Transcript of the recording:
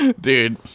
Dude